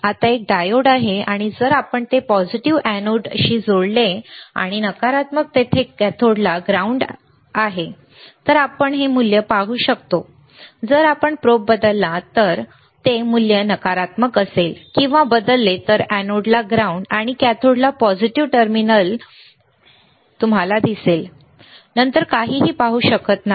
आत्ता एक डायोड आहे आणि जर आपण ते पॉझिटिव्ह अॅनोडशी जोडले आणि नकारात्मक तेथे कॅथोडला ग्राउंड आहे तरच आपण हे मूल्य पाहू शकतो जर आपण प्रोब बदलला तर जर ते मूल्य नकारात्मक असेल किंवा बदलले तर एनोडला ग्राउंड आणि कॅथोडला पॉझिटिव्ह टर्मिनल नंतर तुम्हाला दिसेल तुम्ही काहीही पाहू शकत नाही